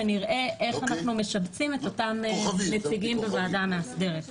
ונראה איך אנחנו משבצים את אותם נציגים בוועדה המאסדרת.